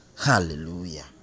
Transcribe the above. hallelujah